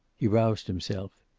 he roused himself.